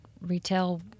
retail